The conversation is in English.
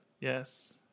Yes